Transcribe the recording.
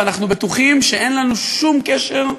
אנחנו בטוחים שאין לנו שום קשר,